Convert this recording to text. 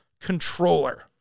controller